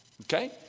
okay